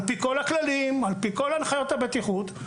על פי כל הכללים והנחיות הבטיחות,